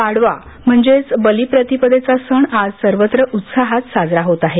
पाडवा म्हणजेच बलीप्रतिपदेचा सण आज सर्वत्र उत्साहात साजरा होत आहे